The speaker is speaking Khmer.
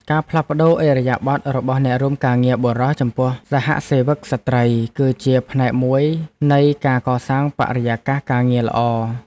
ការផ្លាស់ប្តូរឥរិយាបថរបស់អ្នករួមការងារបុរសចំពោះសហសេវិកស្ត្រី គឺជាផ្នែកមួយនៃការកសាងបរិយាកាសការងារល្អ។